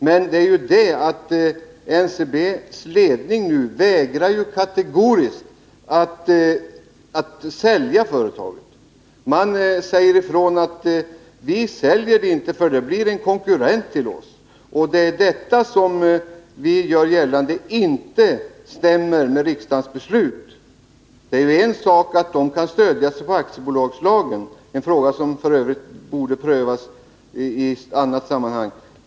Men NCB:s ledning vägrar ju kategoriskt att sälja företaget. Man säger: Vi säljer det inte, för det skulle bli en konkurrent till oss. Jag gör gällande att Nr 6 detta inte stämmer med riksdagens beslut. Det är en sak att företaget stödjer sig på aktiebolagslagen — en fråga som f.ö. borde prövas i annat sammanhang.